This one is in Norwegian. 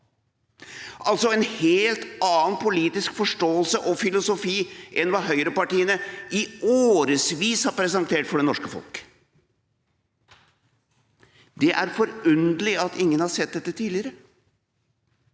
altså en helt annen politisk forståelse og filosofi enn hva høyrepartiene i årevis har presentert for det norske folk. Det er forunderlig at ingen har sett dette tidligere.